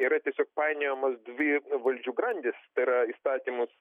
yra tiesiog painiojamos dvi valdžių grandys tai yra įstatymus